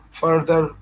further